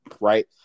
right